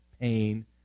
pain